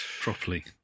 properly